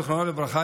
זכרו לברכה,